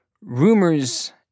rumors